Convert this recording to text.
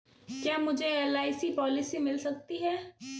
क्या मुझे LIC policy मिल सकती है?